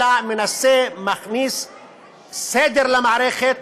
אלא מנסה להכניס סדר למערכת,